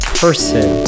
person